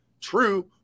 True